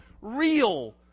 real